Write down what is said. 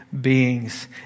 beings